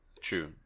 True